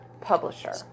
publisher